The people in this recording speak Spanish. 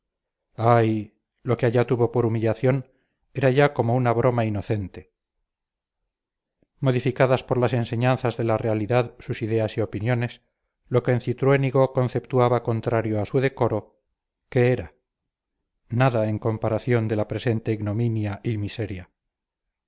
ay lo que allá tuvo por humillación era ya como una broma inocente modificadas por las enseñanzas de la realidad sus ideas y opiniones lo que en cintruénigo conceptuaba contrario a su decoro qué era nada en comparación de la presente ignominia y miseria